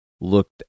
looked